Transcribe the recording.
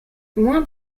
moins